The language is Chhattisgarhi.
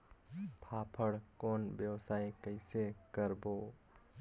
फाफण कौन व्यवसाय कइसे करबो?